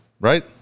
right